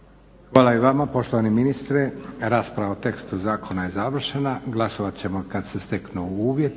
Hvala i vama poštovani ministre. Rasprava o tekstu zakona je završena. Glasovat ćemo kad se steknu uvjeti.